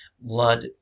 Blood